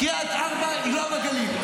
קריית ארבע היא לא בגליל.